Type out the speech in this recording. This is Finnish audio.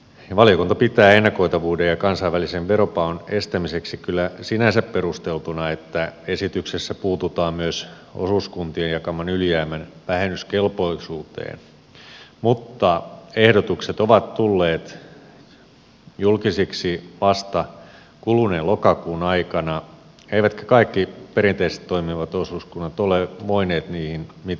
valiokunta pitää ennakoitavuuden kannalta ja kansainvälisen veropaon estämiseksi kyllä sinänsä perusteltuna että esityksessä puututaan myös osuuskuntien jakaman ylijäämän vähennyskelpoisuuteen mutta ehdotukset ovat tulleet julkisiksi vasta kuluneen lokakuun aikana eivätkä kaikki perinteisesti toimivat osuuskunnat ole voineet niihin mitenkään varautua